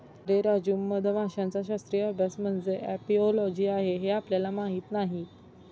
अरे राजू, मधमाशांचा शास्त्रीय अभ्यास म्हणजे एपिओलॉजी आहे हे आपल्याला माहीत नाही